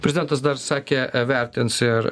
prezidentas dar sakė vertins ir